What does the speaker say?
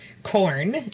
corn